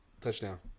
touchdown